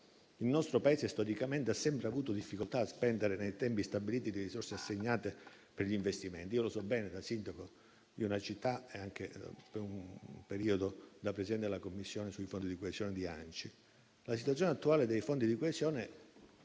Il nostro Paese storicamente ha difficoltà a spendere, nei tempi stabiliti, le risorse assegnate per gli investimenti: lo so bene da sindaco di una città e anche, per un periodo, da Presidente della Commissione sui fondi di coesione di ANCI. La situazione attuale dei fondi di coesione